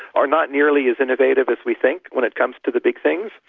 are not nearly as innovative as we think when it comes to the big things.